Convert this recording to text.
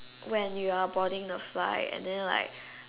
when you are boarding the flight and then like